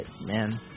man